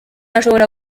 ashobora